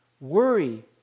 Worry